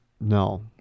No